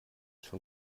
schon